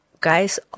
guys